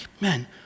man